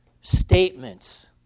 statements